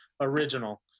original